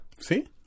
See